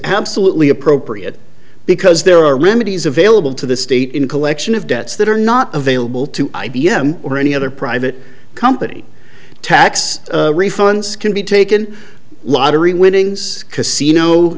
absolutely appropriate because there are remedies available to the state in collection have debts that are not available to i b m or any other private company tax refunds can be taken lottery winnings casino